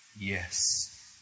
yes